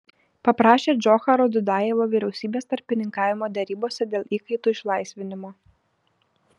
paprašė džocharo dudajevo vyriausybės tarpininkavimo derybose dėl įkaitų išlaisvinimo